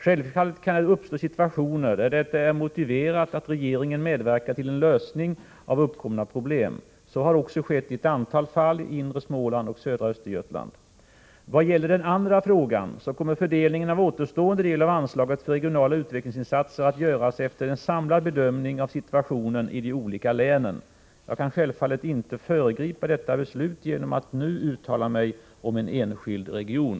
Självfallet kan det uppstå situationer där det är motiverat att regeringen medverkar till lösningen av uppkomna problem. Så har också skett i ett antal fall i inre Småland och södra Östergötland. Vad gäller den andra frågan kommer fördelningen av återstående del av anslaget för regionala utvecklingsinsatser att göras efter en samlad bedömning av situationen i de olika länen. Jag kan självfallet inte föregripa detta beslut genom att nu uttala mig om en enskild region.